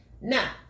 Now